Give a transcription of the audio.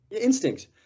instincts